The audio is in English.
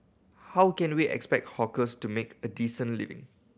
how can we expect hawkers to make a decent living